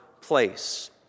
place